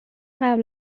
قبل